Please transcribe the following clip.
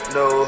no